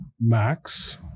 Max